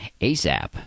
ASAP